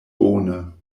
bone